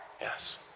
Yes